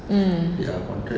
mm